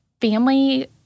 family